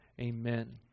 Amen